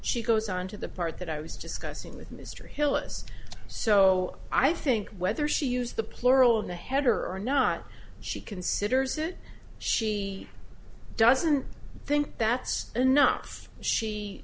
she goes on to the part that i was just cussing with mr hillis so i think whether she used the plural of the header or not she considers it she doesn't think that's enough she